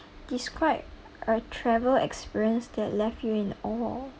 describe a travel experience that left you in awe